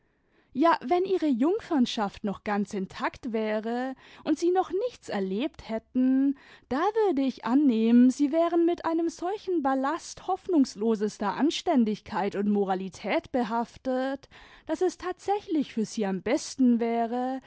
ja wenn ihre jimgfemschaft noch ganz intakt wäre und sie noch nichts erlebt hätten da würde ich annehmen sie wären mit einem solchen bauast hoffnungslosester anständigkeit und moralität behaftet daß es tatsächlich für sie am besten wäre